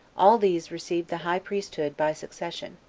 all these received the high priesthood by succession,